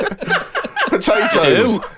potatoes